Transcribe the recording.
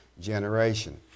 generation